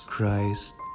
Christ